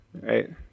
Right